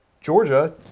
Georgia